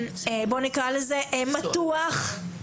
מתוח,